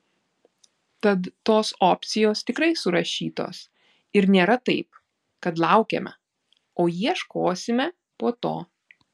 tad tos opcijos tikrai surašytos ir nėra taip kad laukiame o ieškosime po to